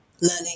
learning